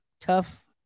tough